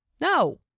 No